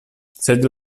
sed